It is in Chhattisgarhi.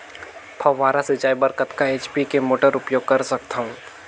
फव्वारा सिंचाई बर कतका एच.पी के मोटर उपयोग कर सकथव?